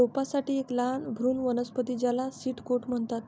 रोपांसाठी एक लहान भ्रूण वनस्पती ज्याला सीड कोट म्हणतात